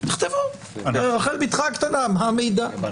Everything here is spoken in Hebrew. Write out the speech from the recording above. תכתבו ברחל בתך הקטנה מה המידע.